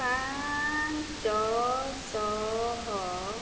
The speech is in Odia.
ପାଞ୍ଚଶହ